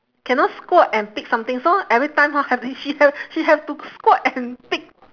cannot squat and pick something so every time ha have to she ha~ she have to squat and pick